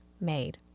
made